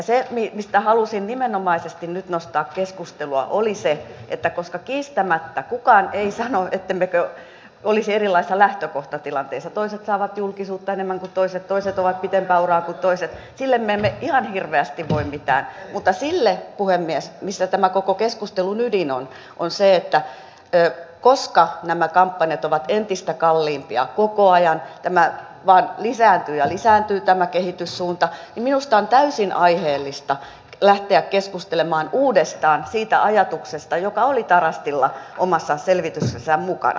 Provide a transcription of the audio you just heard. se mistä halusin nimenomaisesti nyt nostaa keskustelua oli se että koska kiistämättä kukaan ei sano ettemmekö olisi erilaisissa lähtökohtatilanteissa toiset saavat julkisuutta enemmän kuin toiset toisilla on pitempi ura kuin toisilla ja sille me emme ihan hirveästi voi mitään niin puhemies tämän koko keskustelun ydin on se että koska nämä kampanjat ovat entistä kalliimpia koko ajan vain lisääntyy ja lisääntyy tämä kehityssuunta niin minusta on täysin aiheellista lähteä keskustelemaan uudestaan siitä ajatuksesta joka oli tarastilla omassa selvityksessään mukana